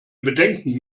bedenken